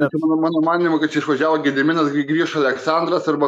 ne ta mano mano manymu išvažiavo gediminas gi grįš aleksandras arba